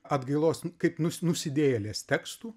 atgailos n kaip nus nusidėjėlės tekstų